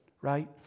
right